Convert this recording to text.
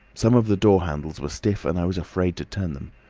some of the door handles were stiff and i was afraid to turn them.